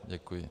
Děkuji.